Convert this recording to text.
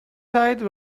side